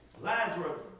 Lazarus